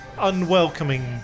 unwelcoming